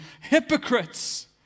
hypocrites